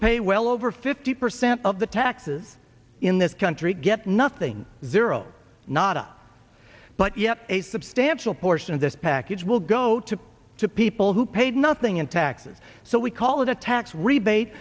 pay well over fifty percent of the taxes in this country get nothing zero nada but yet a substantial portion of this package will go to to people who paid nothing in taxes so we call it a tax rebate